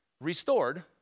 restored